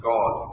God